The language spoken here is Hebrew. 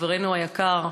חברנו היקר,